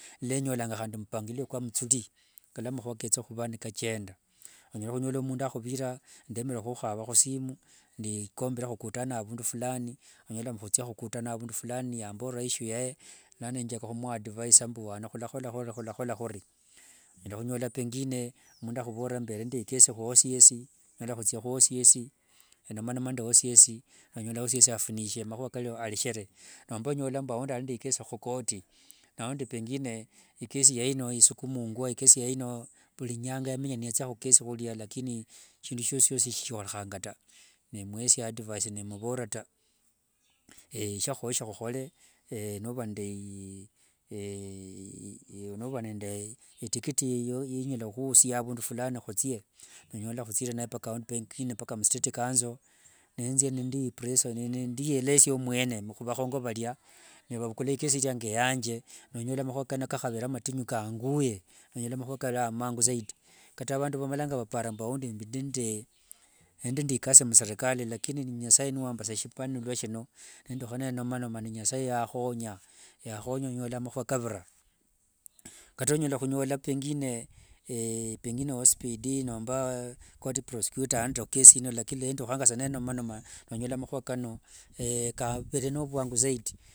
Lenyolanga handi mpangilio kwa mthuri ngalwa mahua kethohuva nikachenda. Onyala hunyola omundu ahuvira ndemere huhava husimu ndikombere hukutane avundu fulani, onyola nga hutsia hukutana avundu fulani nyamborera issue yae lano enjaka humuadvisa mbu ano hulahola huri hulahola huri nonyola pengine mundu ahuvorera mbere nde ikesi hu ocs lano hutsia hu ocs nomanoma nde ocs nonyola ocs afunishe mahua karyo areshere. Nomba onyola mbu aundi ari nde icase hu court na aundi pengine icase yae ino isukumungwa icase yae ino vuri nyanga yamenya niyatsia hucase hurya lakini shindu shyosishyosi syehorehanga taa nemweresia advice nemuvorera taa. Shyahuhoyeshe huhole nova nende itikiti inyala huhuusya avundu fulani hutsie nonyola hutsire naye mpaka pengine mu street council nenzia nindi eleza mwene huvahongo varia nivavukula icase irya nga yanje nonyola mahua karya nikahavere matinyu kanguye, nonyola mahua karya namangu zaidi. Kata vandu vamalanga vapara mbu aundi ndi nde ikasi muserikali lakini ni nyasae niwamba saa shipanula shino nenduha ninomanoma nde nyasae na yahonya onyola mahua nikavira. Kata onyala hunyola pengine ospd nomba nenduha sa nenomanoma nonyola mahua kano kavere novwangu zaidi.